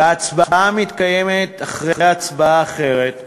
וההצבעה מתקיימת אחרי הצבעה אחרת,